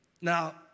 Now